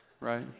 right